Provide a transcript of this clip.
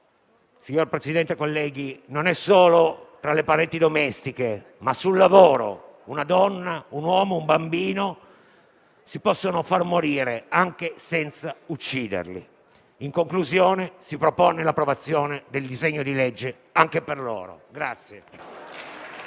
Signor Presidente, colleghi, non solo tra le pareti domestiche, ma sul lavoro una donna, un uomo, un bambino si possono far morire anche senza ucciderli. In conclusione, si propone l'approvazione del disegno di legge anche per loro.